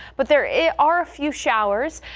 but there is are a few showers.